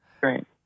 Great